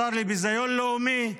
השר לביזיון לאומי,